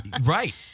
Right